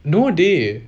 no dey